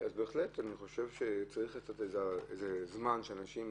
בהחלט אני חושב שצריך לתת זמן לאנשים.